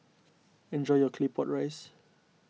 enjoy your Claypot Rice